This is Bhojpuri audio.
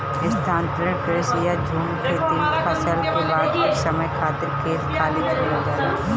स्थानांतरण कृषि या झूम खेती में फसल के बाद कुछ समय खातिर खेत खाली छोड़ल जाला